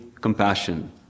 compassion